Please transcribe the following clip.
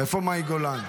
איפה מאי גולן?